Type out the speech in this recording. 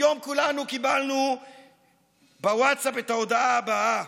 היום כולנו קיבלנו בווטסאפ את ההודעה הבאה: